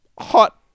hot